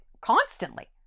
constantly